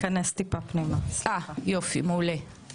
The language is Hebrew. כתב מינוי של שרת הפנים שמינתה צוות בין-משרדי שיש לו כמובן זיקה